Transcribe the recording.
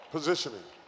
Positioning